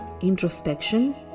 introspection